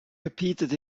repeated